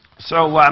so